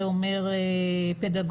זה אומר פדגוגיה,